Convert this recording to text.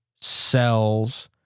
cells